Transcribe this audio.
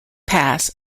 pass